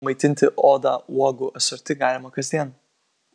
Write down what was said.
maitinti odą uogų asorti galima kasdien